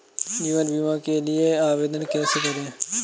जीवन बीमा के लिए आवेदन कैसे करें?